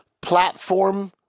platform